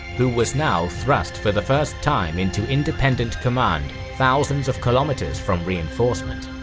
who was now thrust for the first time into independent command thousands of kilometres from reinforcement.